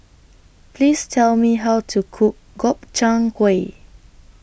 Please Tell Me How to Cook Gobchang Gui